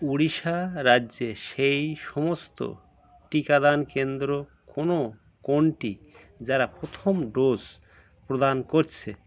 উড়িষ্যা রাজ্যে সেই সমস্ত টিকাদান কেন্দ্র কোনো কোনটি যারা প্রথম ডোজ প্রদান করছে